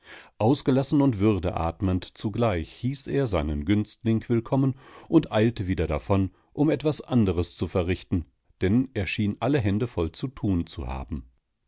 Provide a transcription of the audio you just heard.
ausgelassen und würdeatmend zugleich hieß er seinen günstling willkommen und eilte wieder davon um etwas anderes zu verrichten denn er schien alle hände voll zu tun zu haben